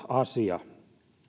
asia